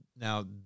now